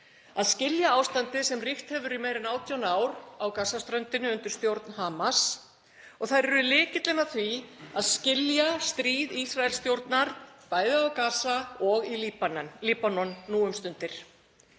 Að skilja ástandið sem ríkt hefur í meira en 18 ár á Gaza-ströndinni undir stjórn Hamas og þær eru lykillinn að því að skilja stríð Ísraelsstjórnar bæði á Gaza og í Líbanon nú um stundir.